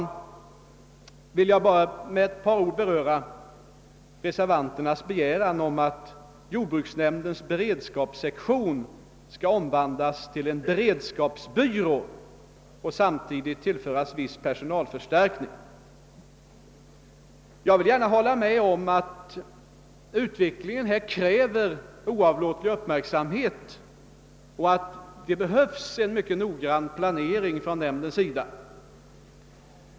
Jag vill till sist bara med några ord beröra reservanternas begäran om att jordbruksnämndens beredskapssektion skall omvandlas till en beredskapsbyrå och samtidigt erhålla viss personalförstärkning. Jag kan mycket väl hålla med om att utvecklingen i détta avseende kräver en oavlåtlig uppmärksamhet och att det behövs en mycket noggrann planering inom nämnden.